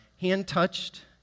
hand-touched